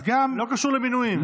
זה לא קשור למינויים.